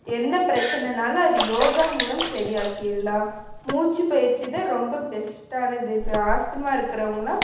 என்ன பிரச்சினைனாலும் அது யோகா மூலம் சரியாக்கிறலாம் மூச்சு பயிற்சி தான் ரொம்ப பெஸ்ட்டானது இப்போ ஆஸ்துமா இருக்கிறவுங்கள்லாம்